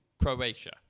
Croatia